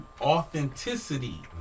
authenticity